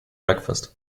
breakfast